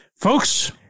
Folks